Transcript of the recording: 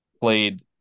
played